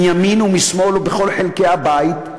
מימין ומשמאל מכל חלקי הבית,